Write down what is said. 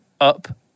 up